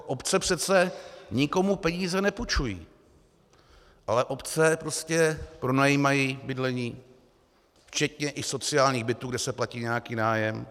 Obce přece nikomu peníze nepůjčují, ale obce prostě pronajímají bydlení, včetně i sociálních bytů, kde se platí nějaký nájem.